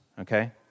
okay